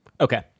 Okay